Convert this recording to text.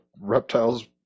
reptiles